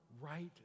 right